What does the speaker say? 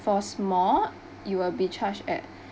for small you will be charged at